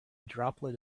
droplet